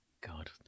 God